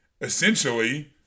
essentially